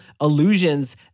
illusions